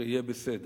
ש"יהיה בסדר".